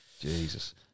Jesus